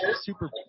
Super